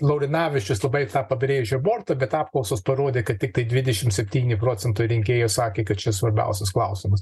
laurinavičius labai tą pabrėžė abortą kad apklausos parodė kad tiktai dvidešim septyni procentai rinkėjų sakė kad čia svarbiausias klausimas